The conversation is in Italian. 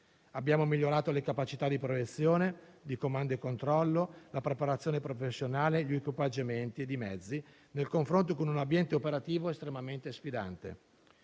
abbiamo migliorato le capacità di proiezione, di comando e controllo, la preparazione professionale e gli equipaggiamenti di mezzi, nel confronto con un ambiente operativo estremamente sfidante.